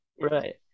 right